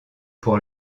pour